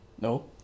No